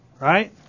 right